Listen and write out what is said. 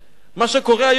מה שקורה היום ביוון,